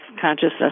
consciousness